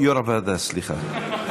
יו"ר הוועדה, סליחה.